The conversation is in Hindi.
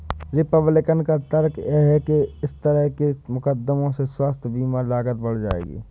रिपब्लिकन का तर्क है कि इस तरह के मुकदमों से स्वास्थ्य बीमा लागत बढ़ जाएगी